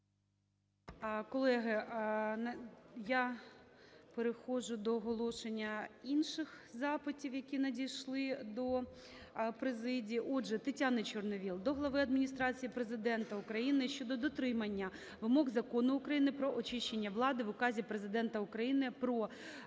Колеги, я переходжу до оголошення інших запитів, які надійшли до президії. Отже, Тетяни Чорновол до Глави Адміністрації Президента України щодо дотримання вимог Закону України "Про очищення влади" в Указі Президента України №